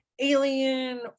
alien